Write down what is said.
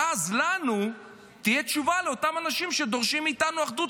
ואז לנו תהיה תשובה לאותם אנשים שדורשים מאיתנו אחדות.